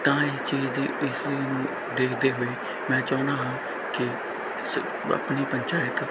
ਤਾਂ ਇਹ ਚੀਜ਼ ਦੀ ਇਸ ਨੂੰ ਦੇਖਦੇ ਹੋਏ ਮੈਂ ਚਾਹੁੰਦਾ ਹਾਂ ਕਿ ਆਪਣੀ ਪੰਚਾਇਤ